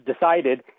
Decided